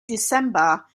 december